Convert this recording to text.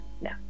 no